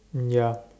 ya